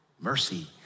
mercy